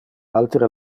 altere